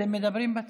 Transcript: אתם מדברים בטלפון,